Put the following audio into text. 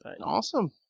Awesome